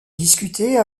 discuter